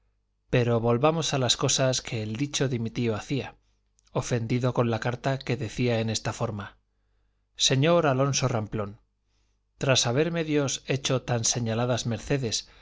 pero volvamos a las cosas que el dicho de mi tío hacía ofendido con la carta que decía en esta forma señor alonso ramplón tras haberme dios hecho tan señaladas mercedes